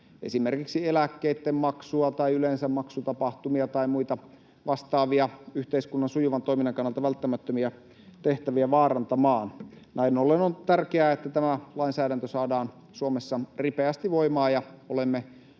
esimerkiksi eläkkeitten maksua tai yleensä maksutapahtumia tai muita vastaavia, yhteiskunnan sujuvan toiminnan kannalta välttämättömiä tehtäviä vaarantamaan. Näin ollen on tärkeää, että tämä lainsäädäntö saadaan Suomessa ripeästi voimaan ja olemme